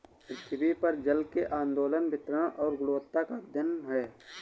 पृथ्वी पर जल के आंदोलन वितरण और गुणवत्ता का अध्ययन है